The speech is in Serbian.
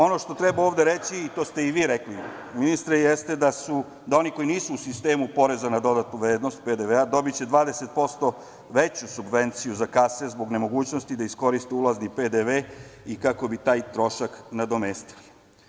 Ono što treba ovde reći i to ste i vi rekli, ministre, jeste da oni koji nisu u sistemu poreza na dodatu vrednost PDV dobiće 20% veću subvenciju za kase zbog nemogućnosti da iskoriste ulazni PDV i kako bi taj trošak nadomestili.